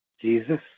Jesus